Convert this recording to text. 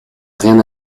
rien